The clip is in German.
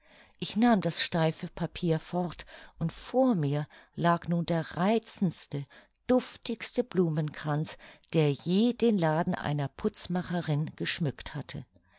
ich nahm das steife papier fort und vor mir lag nun der reizendste duftigste blumenkranz der je den laden einer putzmacherin geschmückt hatte